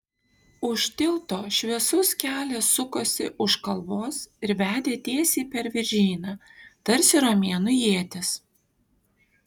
už tilto šviesus kelias sukosi už kalvos ir vedė tiesiai per viržyną tarsi romėnų ietis